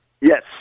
yes